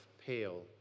pale